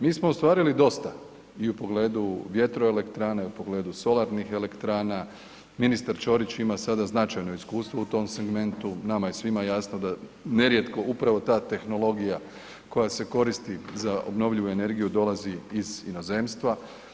Mi smo ostvarili dosta i u pogledu vjetroelektrana i u pogledu solarnih elektrana, ministar Čorić ima sada značajno iskustvo u tom segmentu, nama je svima jasno da nerijetko upravo ta tehnologija koja se koristi za obnovljivu energiju dolazi iz inozemstva.